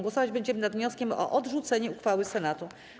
Głosować będziemy nad wnioskiem o odrzucenie uchwały Senatu.